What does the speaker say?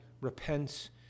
repents